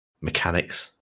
mechanics